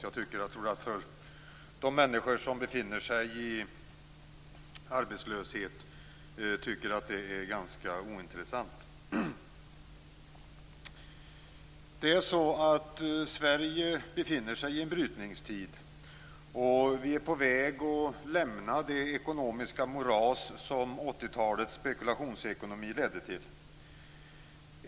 Jag tror att de människor som befinner sig i arbetslöshet tycker att det är ganska ointressant. Sverige befinner sig i en brytningstid. Vi är på väg att lämna det ekonomiska moras som 1980-talets spekulationsekonomi ledde till.